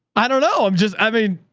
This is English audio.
i don't know. i'm just, i mean,